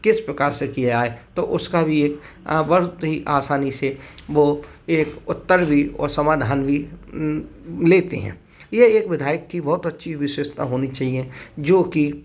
किस प्रकार से किया जाए उसका भी एक वर्ष भी आसानी से वो एक उत्तर भी और समाधान भी लेते है ये एक विधायक की बहुत अच्छी विशेषता होनी चाहिए जो की